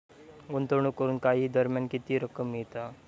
गुंतवणूक करून काही दरम्यान किती रक्कम मिळता?